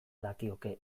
dakioke